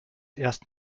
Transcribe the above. erst